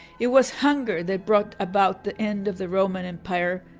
it was hunger they brought about the end of the roman empire,